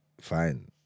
fine